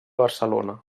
barcelona